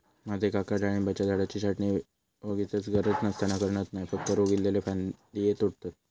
माझे काका डाळिंबाच्या झाडाची छाटणी वोगीचच गरज नसताना करणत नाय, फक्त रोग इल्लले फांदये तोडतत